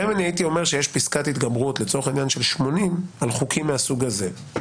הייתי אומר שיש פסקת התגברות לצורך העניין של 80 על חוקים מהסוג הזה.